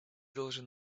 должен